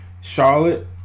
charlotte